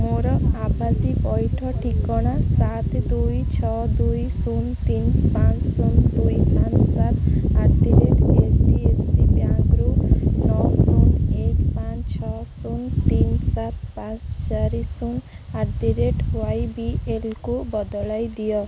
ମୋର ଆଭାସୀ ପଇଠ ଠିକଣା ସାତ ଦୁଇ ଛଅ ଦୁଇ ଶୂନ ତିନି ପାଞ୍ଚ ଶୂନ ଦୁଇ ପାଞ୍ଚ ସାତ at the rate H D F C ବ୍ୟାଙ୍କରୁ ନଅ ଶୂନ ଏକେ ପାଞ୍ଚ ଛଅ ଶୂନ ତିନି ସାତ ପାଞ୍ଚ ଚାରି ଶୂନ ଆ ଦି ରେଟ୍ ତ ୱାଇବିଏଲକୁ ବଦଳାଇ ଦିଅ